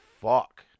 fuck